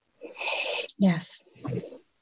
Yes